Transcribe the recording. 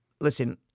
Listen